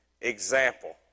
example